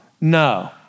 no